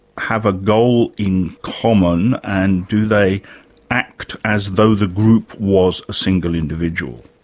have a goal in common and do they act as though the group was a single individual?